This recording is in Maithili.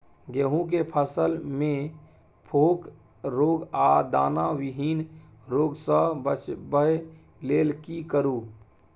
गेहूं के फसल मे फोक रोग आ दाना विहीन रोग सॅ बचबय लेल की करू?